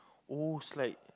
oh it's like